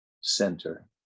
center